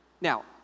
Now